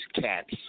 cats